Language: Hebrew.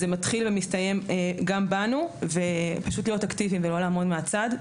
זה מתחיל ומסתיים גם בנו ופשוט להיות אקטיביים ולא לעמוד מן הצד.